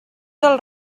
del